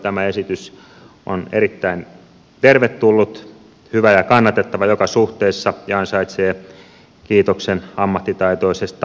tämä esitys on erittäin tervetullut hyvä ja kannatettava joka suhteessa ja ansaitsee kiitoksen ammattitaitoisesta valmistelusta